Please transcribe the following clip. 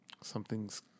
Something's